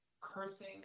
cursing